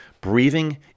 Breathing